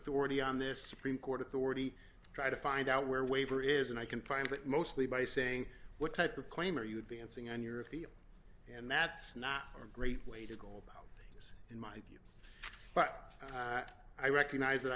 authority on this supreme court authority try to find out where waiver is and i can find that mostly by saying what type of claim are you advancing on your theory and that's not a great way to go about this in my view but i recognize that